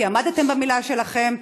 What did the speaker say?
כי עמדתם במילה שלכם,